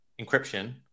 encryption